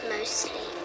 Mostly